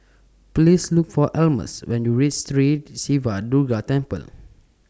Please Look For Almus when YOU REACH Sri Siva Durga Temple